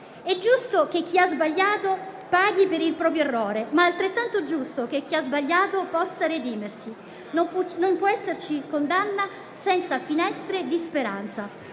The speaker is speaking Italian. «È giusto che chi ha sbagliato paghi per il proprio errore, ma è altrettanto giusto che chi ha sbagliato possa redimersi»; «Non possono esserci condanne senza finestre di speranza».